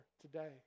today